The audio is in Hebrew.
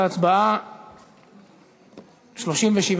מבקשת לקבוע שלא להכליל את ההכנסה של הזוכה